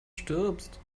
stirbst